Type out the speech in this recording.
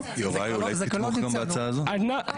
הבנתי את הרעיון הזה,